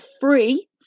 free